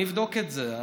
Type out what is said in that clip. אני אבדוק את זה.